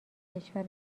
کشور